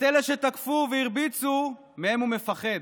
את אלה שתקפו והרביצו, מהם הוא מפחד.